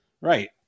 Right